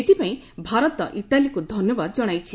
ଏଥିପାଇଁ ଭାରତ ଇଟାଲୀକୁ ଧନ୍ୟବାଦ ଜଣାଇଛି